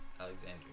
Alexander